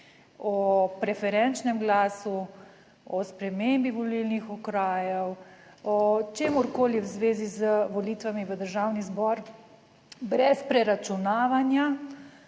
o preferenčnem glasu, o spremembi volilnih okrajev, o čemerkoli v zvezi z volitvami v Državni zbor, brez preračunavanja